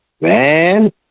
Man